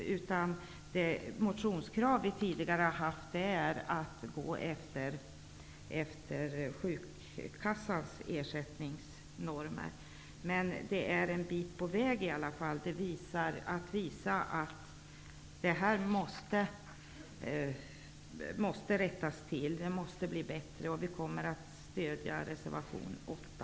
Det tidigare motionskravet har varit att man skall följa sjukkassans ersättningsnormer. Men man har i alla fall kommit en bit på väg. Nämndemännen måste få en högre ersättning. Vi kommer därför att stödja även reservation 8.